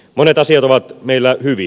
monet asiat ovat meillä hyvin